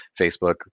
Facebook